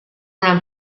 una